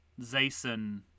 Zayson